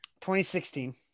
2016